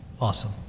awesome